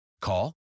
Call